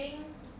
I think